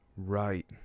Right